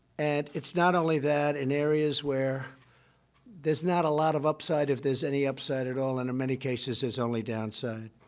and it's not only that in areas where there's not a lot of upside, if there's any upside at all, and in many cases, it's only downside.